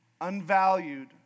unvalued